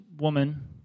woman